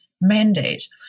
mandate